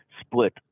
split